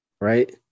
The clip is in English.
right